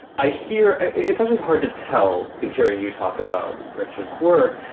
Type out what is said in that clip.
i hear it's really hard to tell in hearing you talk about richard's work.